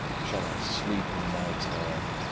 shall i sleep in my turn?